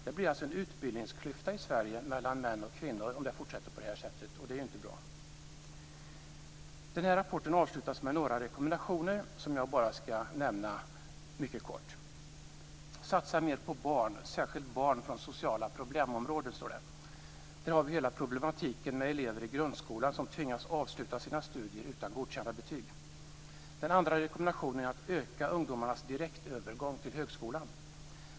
Det kommer alltså att bli en utbildningsklyfta i Sverige mellan män och kvinnor om det fortsätter så, och det är inte bra. Den här rapporten avslutas med några rekommendationer, som jag bara skall nämna mycket kort. Satsa mer på barn, särskilt barn från sociala problemområden, står det. Där har vi ju hela problematiken med elever i grundskolan som tvingas avsluta sina studier utan godkända betyg. Den andra rekommendationen är att öka ungdomarnas direktövergång till högskolan.